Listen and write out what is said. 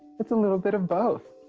it's a little bit of both.